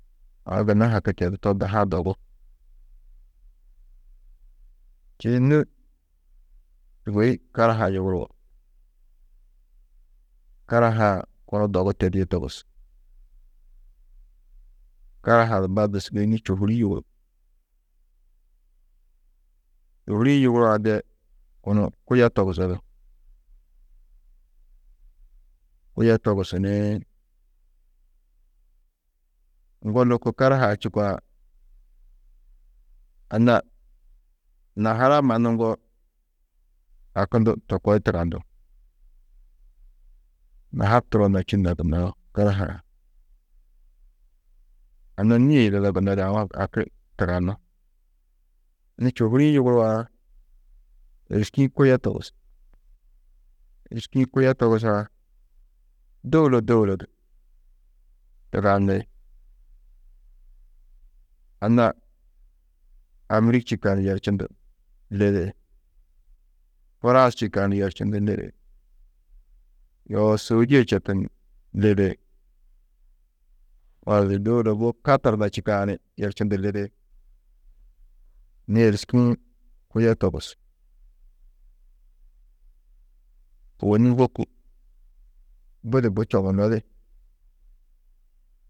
A gunna haki tedú, to dahu-ã dogu, čîidi nû sûgoi karahaa yuguruwo, karahaa kunu dogu tedîe togus, karahaa a di baddu sûgoi nû čôhuri yuguruk. Čôhuri-ĩ yuguruwo de kunu kuyo togus odu, kuyo togusu ni ŋgo lôko karahaa čûkã anna nahara mannu ŋgo hakundu to koo di tugandú, nahar turo na čû na gunnoó, karaha, anna nîe yidada gunnodi aũ haki tuganú. Nû čôhuri-ĩ yuguruwo, êriski-ĩ kuyo togus, êriski-ĩ kuyo togusã dôula, dôula du tugandi, anna Amîrik čîkã yerčundu, lidi, Hurans čîka ni yerčundu lidi, yoo Sòudie četu ni lidi, mazun, dôula bu Katar na čîkã ni yerčundu lidi, nû êriski-ĩ kuyo togus, ôwonni wôku budi bui čoŋunodi.